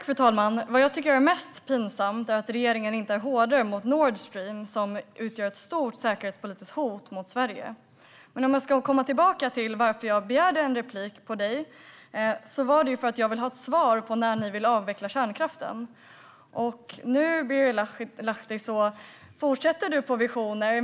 Fru talman! Vad jag tycker är mest pinsamt är att regeringen inte är hårdare mot Nord Stream, som utgör ett stort säkerhetspolitiskt hot mot Sverige. Men om jag ska komma tillbaka till varför jag begärde en replik på Birger Lahtis anförande så var det ju för att jag vill ha ett svar på när Vänsterpartiet vill avveckla kärnkraften. Nu fortsätter Birger Lahti med visioner.